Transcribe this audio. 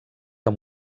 amb